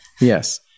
Yes